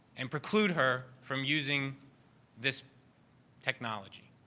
and preclude her from using this technology,